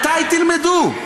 מתי תלמדו?